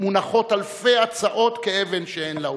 מונחות אלפי הצעות כאבן שאין לה הופכין.